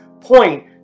point